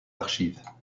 archives